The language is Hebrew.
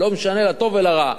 לא משנה לטוב ולרע.